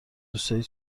روستایی